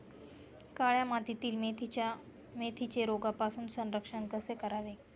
काळ्या मातीतील मेथीचे रोगापासून संरक्षण कसे करावे?